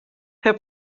herr